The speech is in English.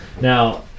Now